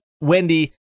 Wendy